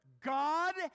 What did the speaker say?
God